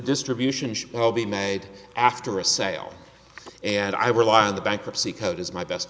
distribution should be made after a sale and i rely on the bankruptcy code as my best